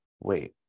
wait